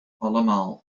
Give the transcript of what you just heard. allemaal